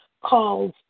calls